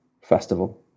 Festival